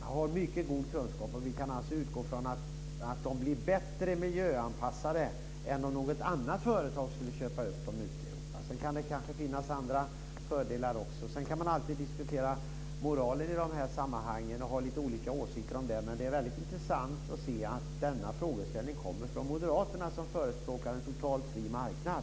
Det finns mycket god kunskap. Vi kan utgå från att de blir mer miljöanpassade än om ett annat företag i Europa skulle köpa dem. Sedan kan det finnas andra fördelar. Sedan går det alltid att diskutera moralen i dessa sammanhang och ha olika åsikter om den. Det är intressant att se att denna frågeställning kommer från moderaterna som förespråkar en totalt fri marknad.